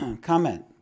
Comment